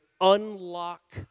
unlock